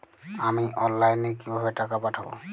আমি অনলাইনে কিভাবে টাকা পাঠাব?